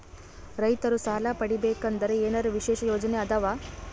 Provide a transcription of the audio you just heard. ರೈತರು ಸಾಲ ಪಡಿಬೇಕಂದರ ಏನರ ವಿಶೇಷ ಯೋಜನೆ ಇದಾವ?